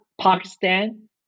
Pakistan